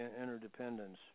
interdependence